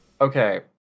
Okay